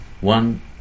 One